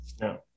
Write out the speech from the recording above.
No